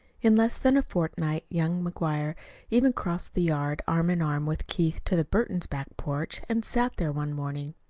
in less than a fortnight young mcguire even crossed the yard arm in arm with keith to the burtons' back porch and sat there one morning.